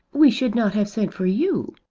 we should not have sent for you.